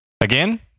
Again